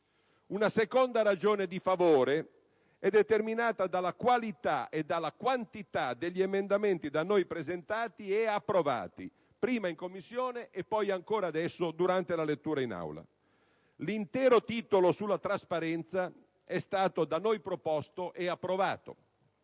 Una seconda ragione di favore è determinata dalla qualità e quantità degli emendamenti da noi presentati e approvati, prima in Commissione e poi ancora adesso, durante la lettura in Aula. L'intero titolo sulla trasparenza è stato da noi proposto e approvato,